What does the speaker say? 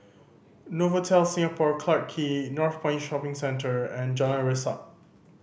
Novotel Singapore Clarke Quay Northpoint Shopping Centre and Jalan Resak